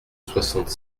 soixante